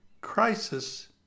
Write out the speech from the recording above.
crisis